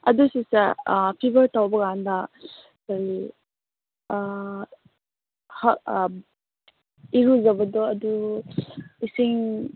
ꯑꯗꯨ ꯁꯤꯁꯇꯔ ꯐꯤꯕꯔ ꯇꯧꯕ ꯀꯥꯟꯗ ꯀꯔꯤ ꯏꯔꯨꯖꯕꯗꯣ ꯑꯗꯨ ꯏꯁꯤꯡ